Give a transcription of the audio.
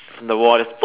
the wall just poop